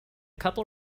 couple